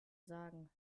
sagen